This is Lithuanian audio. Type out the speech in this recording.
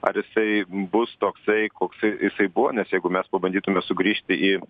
ar jisai bus toksai koksai jisai buvo nes jeigu mes pabandytume sugrįžti į